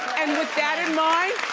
and with that in mind,